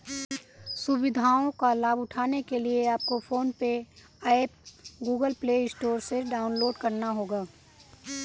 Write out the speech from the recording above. सुविधाओं का लाभ उठाने के लिए आपको PhonePe app Google Play Store से डाउनलोड करना होगा